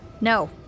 No